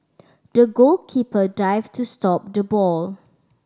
the goalkeeper dived to stop the ball